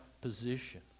position